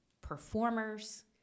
performers